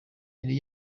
yari